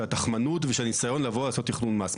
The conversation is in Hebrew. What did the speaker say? התחמנות ושל הניסיון לבוא ולעשות תכנון מס.